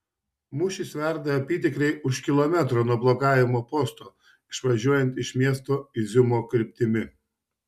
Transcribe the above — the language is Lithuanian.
mūšis verda apytikriai už kilometro nuo blokavimo posto išvažiuojant iš miesto iziumo kryptimi